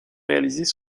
réalisées